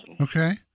Okay